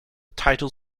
title